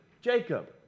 Jacob